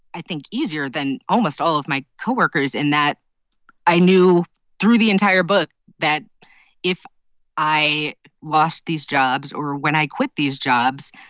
i think, easier than almost all of my co-workers in that i knew through the entire book that if i lost these jobs or when i quit these jobs,